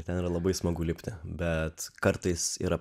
ten yra labai smagu lipti bet kartais yra